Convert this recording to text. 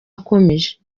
akomeje